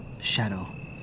shadow